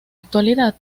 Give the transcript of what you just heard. actualidad